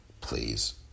Please